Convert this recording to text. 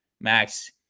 max